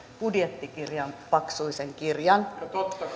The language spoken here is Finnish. budjettikirjan paksuisen kirjan